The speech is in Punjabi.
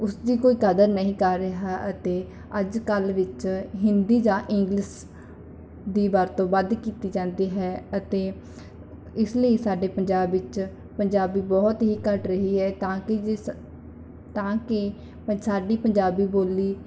ਉਸਦੀ ਕੋਈ ਕਦਰ ਨਹੀਂ ਕਰ ਰਿਹਾ ਅਤੇ ਅੱਜ ਕੱਲ੍ਹ ਵਿੱਚ ਹਿੰਦੀ ਜਾਂ ਇੰਗਲਿਸ਼ ਦੀ ਵਰਤੋਂ ਵੱਧ ਕੀਤੀ ਜਾਂਦੀ ਹੈ ਅਤੇ ਇਸ ਲਈ ਸਾਡੇ ਪੰਜਾਬ ਵਿੱਚ ਪੰਜਾਬੀ ਬਹੁਤ ਹੀ ਘੱਟ ਰਹੀ ਹੈ ਤਾਂ ਕਿ ਜਿਸ ਤਾਂ ਕਿ ਸਾਡੀ ਪੰਜਾਬੀ ਬੋਲੀ